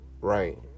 right